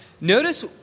Notice